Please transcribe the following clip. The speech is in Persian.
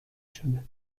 شده